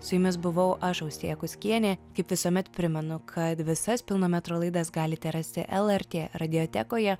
su jumis buvau aš austėja kuskienė kaip visuomet primenu kad visas pilno metro laidas galite rasti lrt radiotekoje